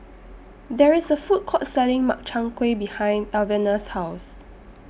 There IS A Food Court Selling Makchang Gui behind Alvena's House